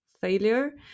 failure